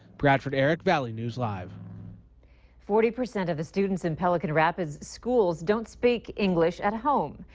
bradford arick valley news live forty percent of the students in pelican rapids schools don't speak english at home.